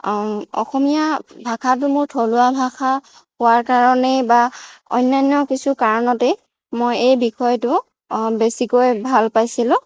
অসমীয়া ভাষাটো মোৰ থলুৱা ভাষা হোৱাৰ কাৰণেই বা অন্যান্য কিছু কাৰণতেই মই এই বিষয়টো বেছিকৈ ভাল পাইছিলোঁ